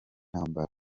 ntambara